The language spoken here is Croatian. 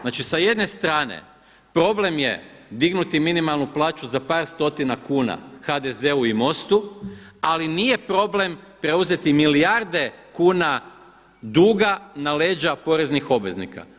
Znači sa jedne strane problem je dignuti minimalnu plaću za par stotina kuna HDZ-u i MOST-u, ali nije problem preuzeti milijarde kuna duga na leđa poreznih obveznika.